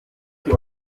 que